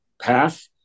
path